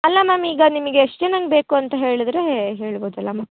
ಅಲ್ಲ ಮ್ಯಾಮ್ ಈಗ ನಿಮಗೆ ಎಷ್ಟು ಜನಂಗ್ ಬೇಕು ಅಂತ ಹೇಳಿದ್ರೆ ಹೇಳ್ಬೋದಲ್ಲ ಮ